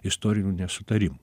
istorinių nesutarimų